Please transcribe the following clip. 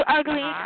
ugly